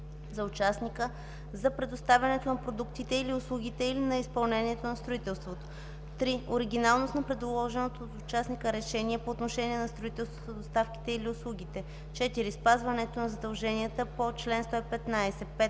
за участника за предоставянето на продуктите или услугите или за изпълнението на строителството; 3. оригиналност на предложеното от участника решение по отношение на строителството, доставките или услугите; 4. спазването на задълженията по чл. 115;